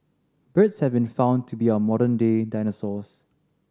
birds have been found to be our modern day dinosaurs